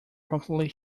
promptly